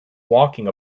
walking